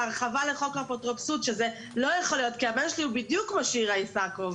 חבל מאוד, ואני אשמח מאוד לדבר איתו באופן אישי.